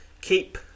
Keep